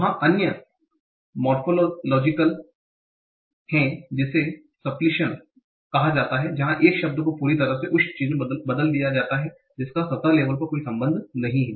वहाँ अन्य मोर्फ़ोलोजिकल हैं जैसे सपलिशन जहां एक शब्द को पूरी तरह से उस चीज़ से बदल दिया जाता है जिसका सतह लेबल पर कोई संबंध नहीं है